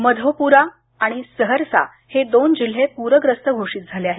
मधेपुरा आणि सहरसा हे दोन जिल्हे पूरग्रस्त घोषित झाले आहेत